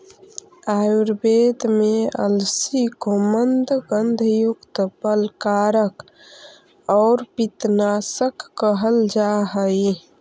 आयुर्वेद में अलसी को मन्दगंधयुक्त, बलकारक और पित्तनाशक कहल जा हई